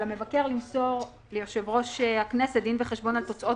על המבקר למסור ליושב-ראש הכנסת דין וחשבון על תוצאות